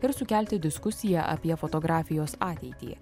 ir sukelti diskusiją apie fotografijos ateitį